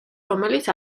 რომელიც